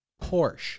Porsche